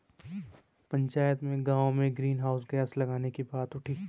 पंचायत में गांव में ग्रीन हाउस लगाने की बात उठी हैं